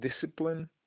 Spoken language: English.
discipline